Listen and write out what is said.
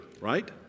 right